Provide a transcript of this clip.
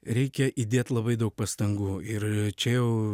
reikia įdėti labai daug pastangų ir bet čia jau